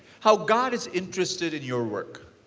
how god is interested in your work.